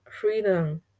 freedom